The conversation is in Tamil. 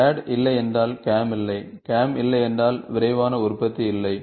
CAD இல்லை என்றால் CAM இல்லை CAM இல்லை என்றால் விரைவான உற்பத்தி இல்லை